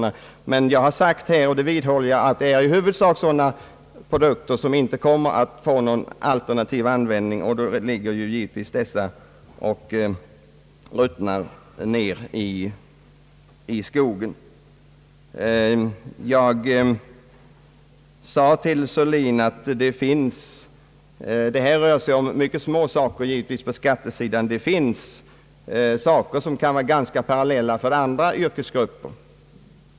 Jag har tidigare framhållit och vidhåller det också nu, att det i huvudsak gäller sådana produkter som inte får någon alternativ användning utan som ligger och ruttnar bort i skogen. Det rör sig om mycket små summor på skattesidan. Det finns också paralleller med andra yrkesgrupper.